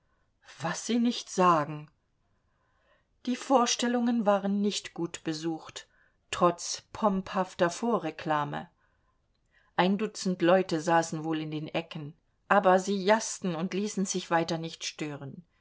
was sie nicht sagen die vorstellungen waren nicht gut besucht trotz pomphafter vorreklame ein dutzend leute saßen wohl in den ecken aber sie jaßten und ließen sich weiter nicht stören